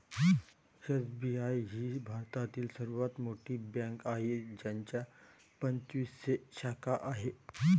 SBI ही भारतातील सर्वात मोठी बँक आहे ज्याच्या पंचवीसशे शाखा आहेत